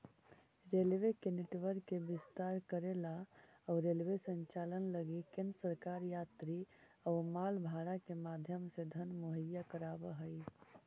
railway के network के विस्तार करेला अउ रेलवे संचालन लगी केंद्र सरकार यात्री अउ माल भाड़ा के माध्यम से धन मुहैया कराव हई